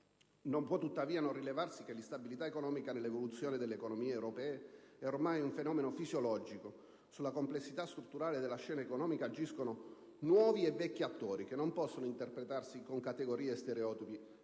Non può, tuttavia, non rilevarsi che l'instabilità economica, nell'evoluzione delle economie europee, è ormai un fenomeno fisiologico; sulla complessità strutturale della scena economica agiscono nuovi e vecchi attori, che non possono interpretarsi con categorie e stereotipi